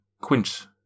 Quint